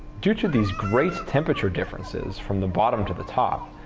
due to these great temperature differences from the bottom to the top,